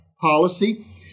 policy